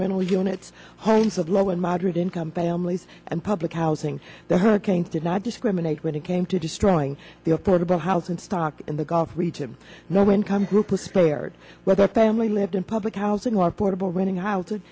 rental units homes of low and moderate income families and public housing the hurricane did not discriminate when it came to destroying the affordable housing stock in the gulf region no income groups spared whether family lived in public housing or portable reading how to